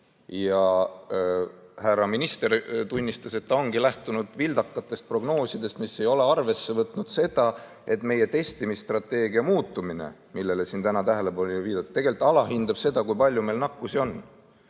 Härra minister tunnistas, et ta ongi lähtunud vildakatest prognoosidest, mis ei ole arvesse võtnud seda, et meie testimisstrateegia muutumine, millele siin täna tähelepanu juhiti, tegelikult alahindab seda, kui palju meil nakkust on.